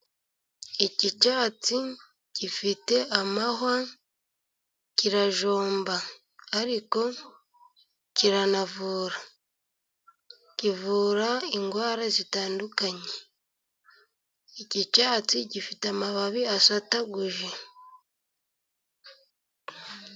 iki cyatsi gifite amahwa kirajomba ariko kiranavura, kivura indwara zitandukanye, iki cyatsi gifite amababi asataguye.